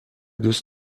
دوست